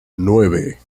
nueve